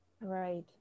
Right